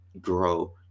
grow